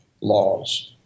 laws